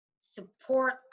support